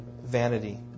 vanity